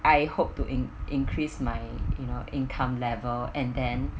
I hope to in increase my you know income level and then